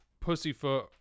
pussyfoot